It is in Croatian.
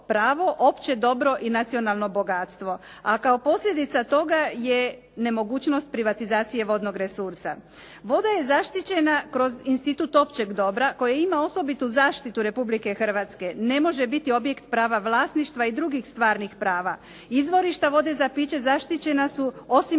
pravo, opće dobro i nacionalno bogatstvo. A kao posljedica toga je nemogućnost privatizacije vodnog resursa. Voda je zaštićena kroz institut općeg dobra koje ima osobitu zaštitu RH, ne može biti objekt prava vlasništva i drugih stvarnih prava. Izvorišta voda za piće zaštićena su osim